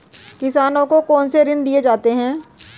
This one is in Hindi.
किसानों को कौन से ऋण दिए जाते हैं?